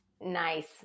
Nice